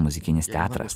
muzikinis teatras